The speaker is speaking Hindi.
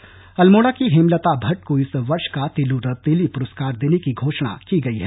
पुरस्कार अल्मोड़ा की हेमलता भट्ट को इस वर्ष का तीलू रौतेली पुरस्कार देने की घोषणा की गई है